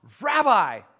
Rabbi